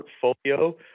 portfolio